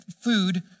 food